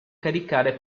caricare